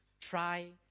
try